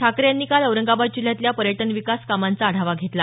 ठाकरे यांनी काल औरंगाबाद जिल्ह्यातल्या पर्यटन विकास कामांचा आढावा घेतला